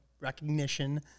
recognition